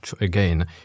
again